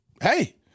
hey